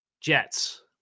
Jets